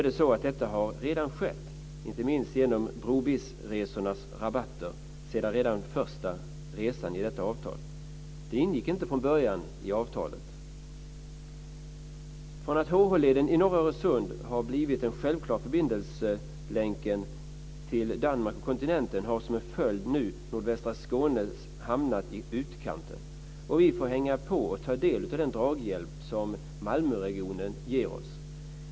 Detta har redan skett, inte minst genom "brobizz-resornas" rabatter redan från första resan. Detta ingick inte från början i avtalet. Till följd av att HH-leden i norra Öresund blivit den självklara förbindelselänken till Danmark och kontinenten har nu nordvästra Skåne hamnat i utkanten. Vi får hänga på och ta del av den draghjälp som Malmöregionen ger oss.